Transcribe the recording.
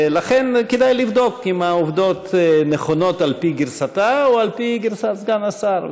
ולכן כדאי לבדוק אם העובדות נכונות על-פי גרסתה או על-פי גרסת סגן השר,